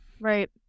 right